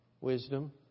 wisdom